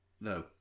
No